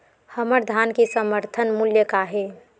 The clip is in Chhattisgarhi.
हमर धान के समर्थन मूल्य का हे?